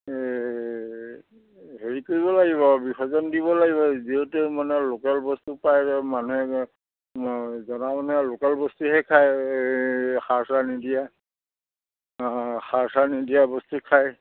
এ হেৰি কৰিব লাগিব বিসৰ্জন দিব লাগিব যিহেতু মানে লোকেল বস্তু পায় মানুহে জনা মানুহে লোকেল বস্তুহে খায় সাৰ চাৰ নিদিয়া আ সাৰ চাৰ নিদিয়া বস্তু খায়